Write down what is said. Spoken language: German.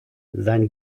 sein